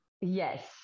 yes